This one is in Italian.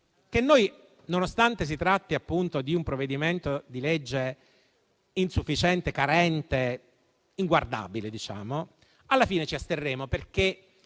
che noi, nonostante si tratti di un provvedimento di legge insufficiente, carente e inguardabile, alla fine ci asterremo perché